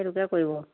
সেইটোকে কৰিব